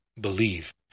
believe